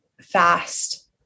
fast